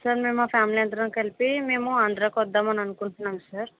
sir మేం మా family అందరం కలిపి మేము ఆంధ్రాకి వద్దాము అని అనుకుంటున్నాం సార్